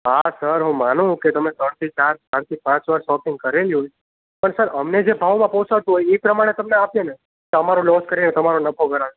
હા સર હું માનું કે તમે ત્રણ થી ચાર ચાર થી પાંચ વાર શોપિંગ કરેલી પણ અમને જે ભાવમાં પોસાતું હોય એ પ્રમાણે તમને આપીએ ને તો અમારો લોસ કરીને તમારો નફો કરાવી